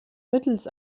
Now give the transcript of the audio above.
mittels